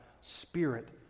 spirit